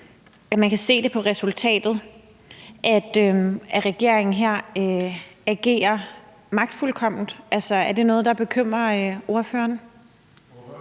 aftale og på resultatet, at regeringen her agerer magtfuldkomment. Er det noget, der bekymrer ordføreren?